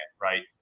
right